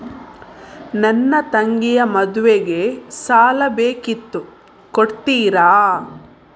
ನನ್ನ ತಂಗಿಯ ಮದ್ವೆಗೆ ಸಾಲ ಬೇಕಿತ್ತು ಕೊಡ್ತೀರಾ?